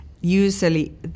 Usually